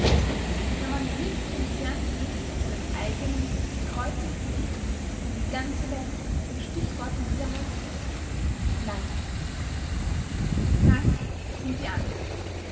kann man wirklich entfernt leben von seinem eigenen gekreuzigten ich wenn die ganze welt von stichworten widerhallt nein krank sind die andern